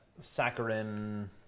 saccharin